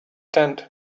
tent